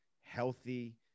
healthy